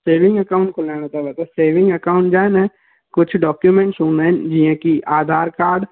saving account खोलाइणो अथव त सेविंग अकाउंट जा आहिनि कुझु डॉक्यूमेंट्स हूंदा आहिनि जीअं की आधार कार्ड